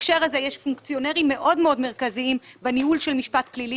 בהקשר הזה ישנם פונקציונרים מאוד מרכזיים בניהול של משפט פלילי